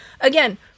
Again